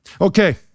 Okay